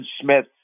Smith